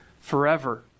forever